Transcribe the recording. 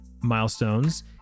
milestones